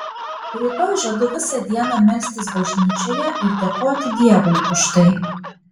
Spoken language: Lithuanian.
rytoj žadu visą dieną melstis bažnyčioje ir dėkoti dievui už tai